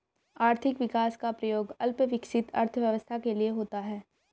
आर्थिक विकास का प्रयोग अल्प विकसित अर्थव्यवस्था के लिए होता है